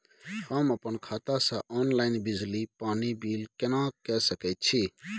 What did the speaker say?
हम अपन खाता से ऑनलाइन बिजली पानी बिल केना के सकै छी?